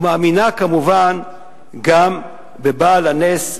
ומאמינה כמובן גם בבעל הנס,